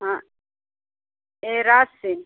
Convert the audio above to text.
हाँ ये रात से